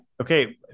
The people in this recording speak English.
okay